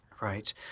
Right